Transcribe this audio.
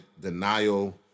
denial